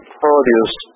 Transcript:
produce